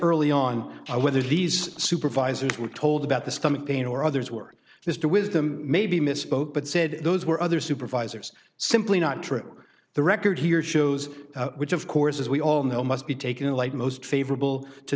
early on i whether these supervisors were told about the stomach pain or others were this to wisdom maybe misspoke but said those were other supervisors simply not true for the record here shows which of course as we all know must be taken in light most favorable to